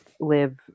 live